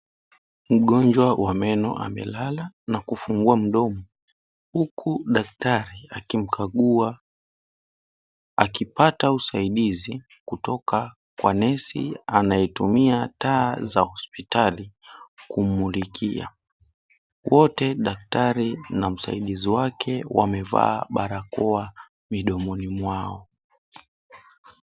Mgonjwa wa meno amelala na kufungua mdomo huku daktari akimkagua. Akipata usaidizi kutoka kwa nesi anayetumia taa za hospitali kummulikia. Wote daktari na msaidizi wake wamevaa barakoa midomoni mwao.